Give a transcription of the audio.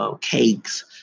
cakes